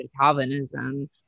Calvinism